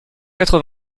quatre